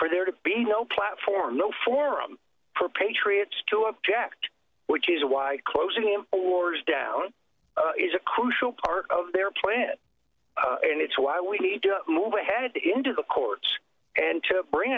for there to be no platform no forum for patriots to object which is why closing him or his down is a crucial part of their plan and it's why we need to move ahead into the courts and to bring